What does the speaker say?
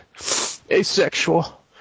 asexual